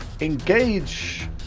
engage